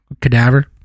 cadaver